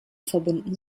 verbunden